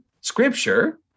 scripture